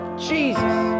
Jesus